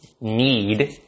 need